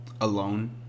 alone